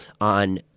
On